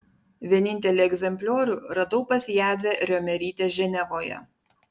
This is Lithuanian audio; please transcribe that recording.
vienintelį egzempliorių radau pas jadzią riomerytę ženevoje